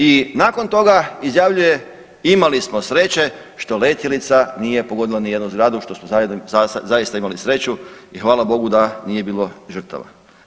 I nakon toga izjavljuje imali smo sreće što letjelica nije pogodila niti jednu zgradu, što smo zaista imali sreću i hvala bogu da nije bilo žrtava.